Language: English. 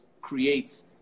creates